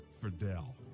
Fidel